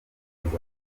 akazi